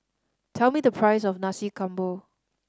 tell me the price of Nasi Campur